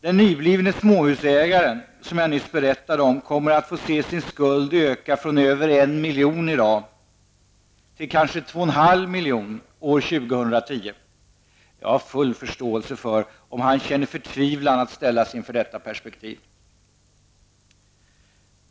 Den nyblivne småhusägaren, som jag nyss berättade om, kommer att få se sin skuld öka från över 1 miljon i dag till kanske 2,5 miljoner år 2010. Jag har full förståelse för om han känner förtvivlan att ställas inför detta perspektiv.